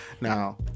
Now